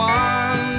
one